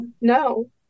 No